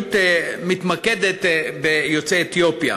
הפעילות מתמקד ביוצאי אתיופיה,